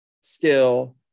skill